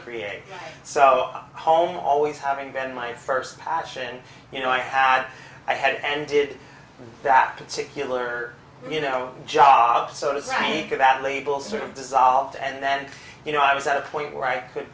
create so home always having been my first passion you know i had i had ended that particular you know job so to speak of that label sort of dissolved and then you know i was at a point where i could